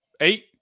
eight